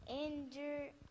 injured